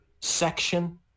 section